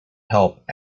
help